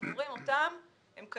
אנחנו אומרים שהם קיימים,